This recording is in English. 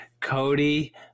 Cody